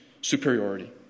superiority